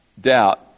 doubt